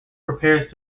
prepares